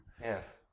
Yes